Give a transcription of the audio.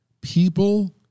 people